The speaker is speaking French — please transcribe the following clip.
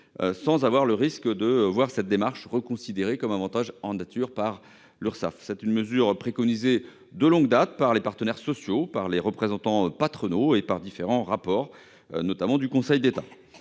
délivrer du risque de voir cette démarche reconsidérée comme un avantage en nature par les Urssaf. Cette mesure est préconisée de longue date par les partenaires sociaux, par les représentants patronaux et par différents rapports, issus notamment du Conseil d'État.